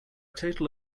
total